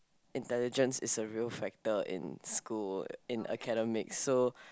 intelligence is a real factor in school in academics so